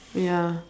ya